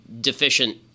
deficient